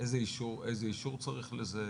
איזה אישור צריך לזה?